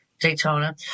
Daytona